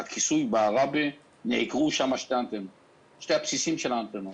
בכיסוי בעראבה נעקרו שני הבסיסים של האנטנות.